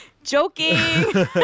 joking